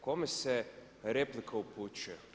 Kome se replika upućuje?